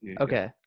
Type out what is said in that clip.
Okay